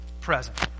present